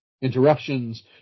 Interruptions